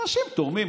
אנשים תורמים,